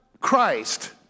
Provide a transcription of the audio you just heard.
Christ